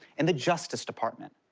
and the justice department.